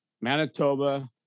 Manitoba